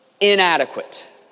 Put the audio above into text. inadequate